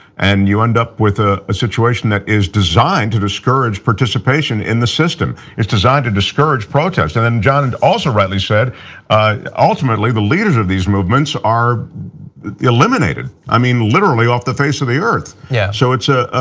and you end up with ah a situation that is designed to discourage participation in the system. it's designed to discourage protests. and um john and also rightly said ultimately the leaders of these movements are eliminated, i mean literally, off the face of the earth. yeah so it's a